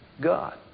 God